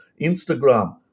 Instagram